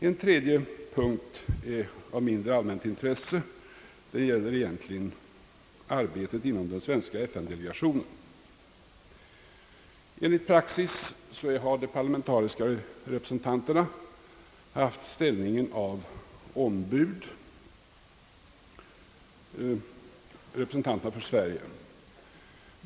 En tredje punkt är av mindre allmänt intresse. Den gäller arbetet inom den svenska FN-delegationen. Enligt praxis har de parlamentariska representanterna för Sverige haft ställningen av ombud.